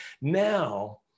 Now